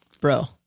bro